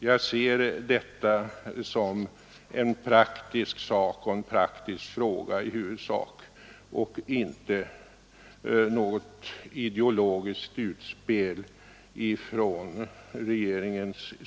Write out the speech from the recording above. Jag ser detta i huvudsak som en praktisk fråga och inte som något ideologiskt utspel från regeringen.